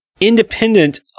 independent